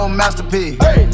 masterpiece